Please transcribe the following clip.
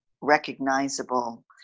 recognizable